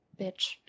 bitch